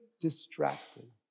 distracted